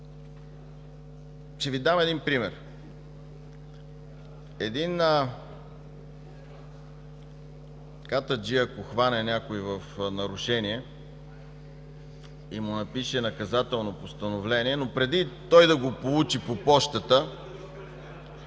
Ще Ви дам пример. Един катаджия, ако хване някого в нарушение и му напише наказателно постановление, но преди той да го получи по пощата...